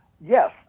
yes